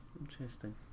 interesting